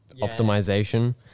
optimization